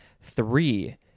Three